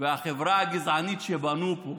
והחברה הגזענית שבנו פה.